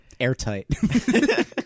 Airtight